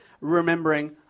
remembering